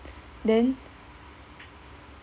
then